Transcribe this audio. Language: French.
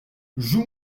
joue